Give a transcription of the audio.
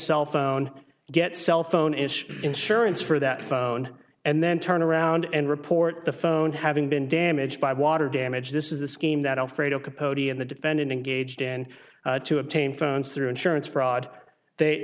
cell phone get cell phone is insurance for that phone and then turn around and report the phone having been damaged by water damage this is the scheme that alfredo kaposi and the defendant engaged in to obtain phones through insurance fraud they